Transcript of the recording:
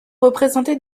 représenter